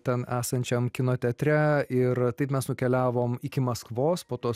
ten esančiam kino teatre ir taip mes nukeliavome iki maskvos po to